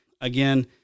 again